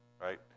right